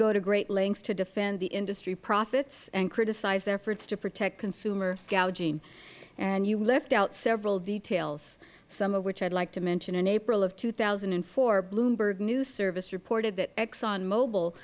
go to great length to defend the industry profits and criticize efforts to protect consumer gauging and you left out several details some of which i would like to mention in april of two thousand and four bloomberg new service reported that exxonmobil